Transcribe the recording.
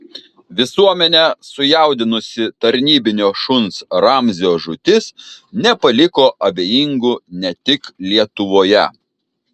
visuomenę sujaudinusi tarnybinio šuns ramzio žūtis nepaliko abejingų ne tik lietuvoje